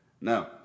Now